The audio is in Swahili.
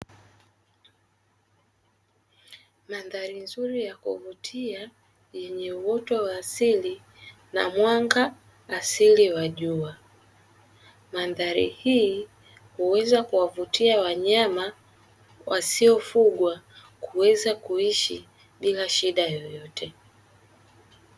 Mandhari nzuri ya kuvutia, yenye uoto wa asili na mwanga asili wa jua. Mandhari hii huweza kuwavutia wanyama wasiofungwa, kuweza kuishi bila shida yoyote.